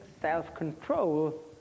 self-control